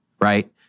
right